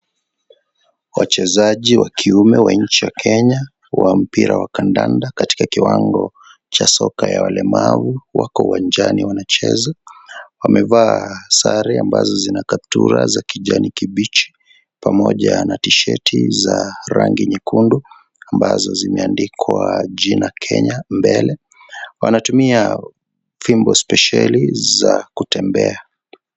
Wachezaji wa kiume wa nchi ya Kenya, wa mpira wa kandanda katika kiwango cha soka ya walemavu wako uwanjani wanacheza. Wamevaa sare ambazo zina kaptura za kijani kibichi pamoja na tisheti za rangi nyekundu, ambazo zimeandikwa jina Kenya mbele. Wanatumia fimbo spesheli kutembea.